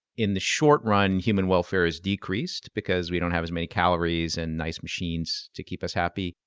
in the short run human welfare is decreased, because we don't have as many calories and nice machines to keep us happy,